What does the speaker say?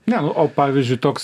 na o pavyzdžiui toks